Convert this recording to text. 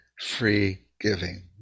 free-giving